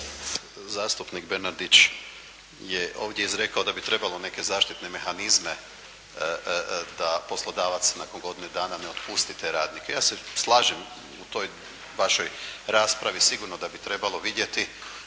Zastupnik Bernardić je ovdje izrekao da bi trebalo neke zaštitne mehanizme da poslodavac nakon godine dana ne otpusti te radnike. Ja se slažem u toj vašoj raspravi, sigurno da bi trebalo vidjeti